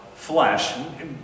Flesh